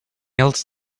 else